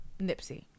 nipsey